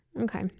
okay